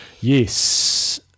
Yes